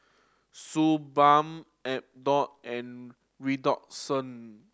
Suu Balm Abbott and Redoxon